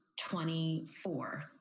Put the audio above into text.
24